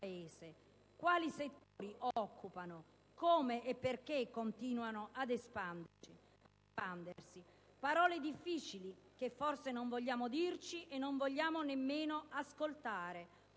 quali settori occupano e come e perché continuano ad espandersi. Parole difficili, che forse non vogliamo dirci e non vogliamo nemmeno ascoltare,